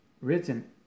written